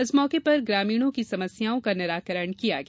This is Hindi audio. इस मौके पर ग्रामीणों की समस्याओं को निराकरण किया गया